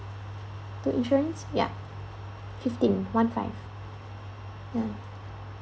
to insurance ya fifteen one five mm